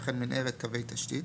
וכן מנהרת קווי תשתית,